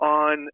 on